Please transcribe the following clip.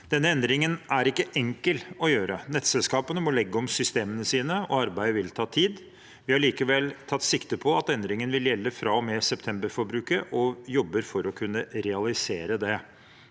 Denne endringen er ikke enkel å gjøre. Nettselskapene må legge om systemene sine, og arbeidet vil ta tid. Vi har likevel tatt sikte på at endringen vil gjelde fra og med septemberforbruket, og jobber for å kunne realisere det.